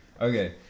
Okay